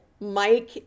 Mike